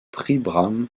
příbram